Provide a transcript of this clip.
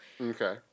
Okay